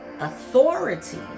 authority